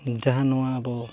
ᱡᱟᱦᱟᱸ ᱱᱚᱣᱟ ᱟᱵᱚ